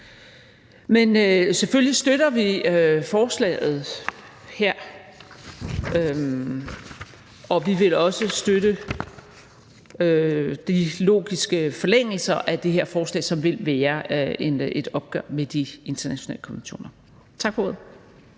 Men selvfølgelig støtter vi forslaget her, og vi vil også støtte de logiske forlængelser af det her forslag, som vil være et opgør med de internationale konventioner. Tak for ordet.